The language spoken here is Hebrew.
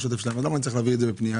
אז למה צריך להביא את זה בפנייה?